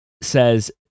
Says